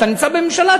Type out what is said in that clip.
אתה נמצא בממשלה,